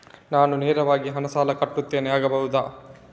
ನಾನು ನೇರವಾಗಿ ಹಣ ಸಾಲ ಕಟ್ಟುತ್ತೇನೆ ಆಗಬಹುದ?